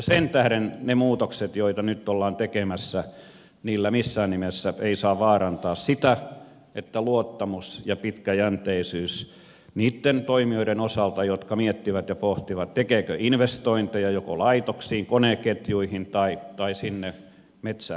sen tähden niillä muutoksilla joita nyt ollaan tekemässä missään nimessä ei saa vaarantaa luottamusta ja pitkäjänteisyyttä niitten toimijoiden osalta jotka miettivät ja pohtivat tekeekö investointeja joko laitoksiin koneketjuihin tai sinne metsäpäähän